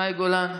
מאי גולן,